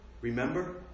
remember